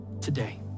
today